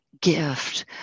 gift